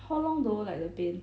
how long though like the pain